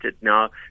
now